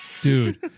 Dude